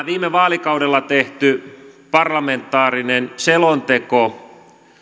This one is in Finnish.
viime vaalikaudella tehty parlamentaarinen selonteko